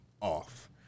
off